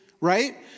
right